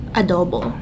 adobo